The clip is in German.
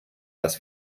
dass